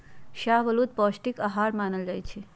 शाहबलूत पौस्टिक अहार मानल जाइ छइ